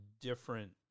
different